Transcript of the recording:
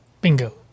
Bingo